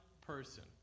person